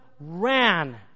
ran